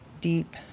deep